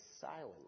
silent